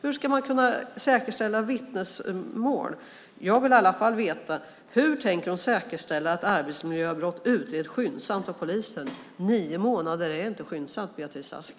Hur ska man kunna säkerställa vittnesmål? Jag vill veta hur justitieministern tänker säkerställa att arbetsmiljöbrott utreds skyndsamt av polisen. Nio månader är inte skyndsamt, Beatrice Ask.